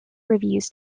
reviews